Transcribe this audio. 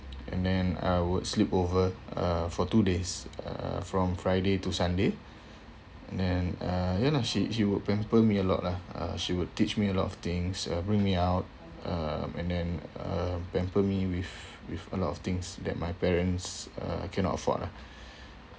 and then I would sleep over uh for two days uh from friday to sunday and then uh yalah she she would pamper me a lot lah uh she would teach me a lot of things uh bring me out um and then uh pamper me with with a lot of things that my parents uh cannot afford lah